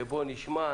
שבו נשמע,